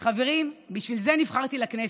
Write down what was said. חברים, בשביל זה נבחרתי לכנסת,